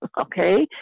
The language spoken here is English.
okay